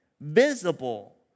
visible